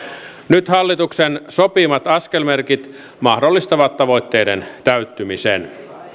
nyt hallituksen sopimat askelmerkit mahdollistavat tavoitteiden täyttymisen